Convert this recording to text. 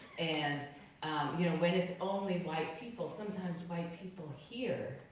and you know when it's only white people, sometimes white people hear